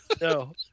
No